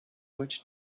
much